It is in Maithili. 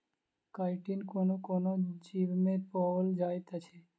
काइटिन कोनो कोनो जीवमे पाओल जाइत अछि